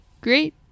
great